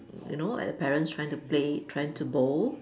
you know at your parents trying to play trying to bowl